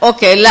Okay